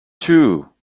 two